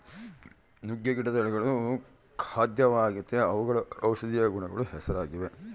ನುಗ್ಗೆ ಗಿಡದ ಎಳೆಗಳು ಖಾದ್ಯವಾಗೆತೇ ಅವುಗಳು ಔಷದಿಯ ಗುಣಗಳಿಗೂ ಹೆಸರಾಗಿವೆ